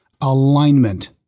alignment